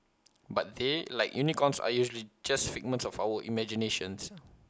but they like unicorns are usually just figments of our imagination